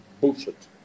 bullshit